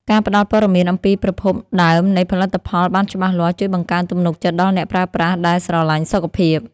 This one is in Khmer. ការផ្តល់ព័ត៌មានអំពីប្រភពដើមនៃផលិតផលបានច្បាស់លាស់ជួយបង្កើនទំនុកចិត្តដល់អ្នកប្រើប្រាស់ដែលស្រឡាញ់សុខភាព។